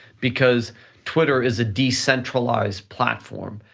because twitter is a decentralized platform.